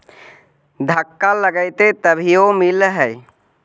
धक्का लगतय तभीयो मिल है?